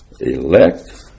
elect